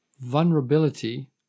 vulnerability